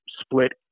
split